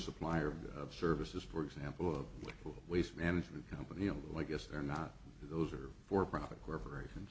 supplier of services for example of waste management company like us they're not those are for profit corporations